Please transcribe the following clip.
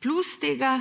Plus tega